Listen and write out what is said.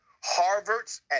Harvard's